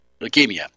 leukemia